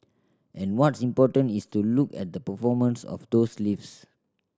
and what's important is to look at the performance of those lifts